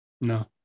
no